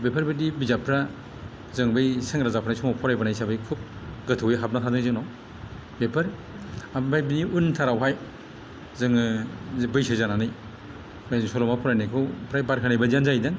बेफोरबायदि बिजाबफ्रा जों बै सेंग्रा जाफुनाय समाव फरायबोनाय हिसाबै खुब गोथौवै हाबनो हानाय जोंनाव बेफोर ओमफ्राय बि उनथारावहाय जोङो बैसो जानानै बेबायदि सल'मा फरायनायखौ फ्राय बाद होनाय बायदियानो जाहैदों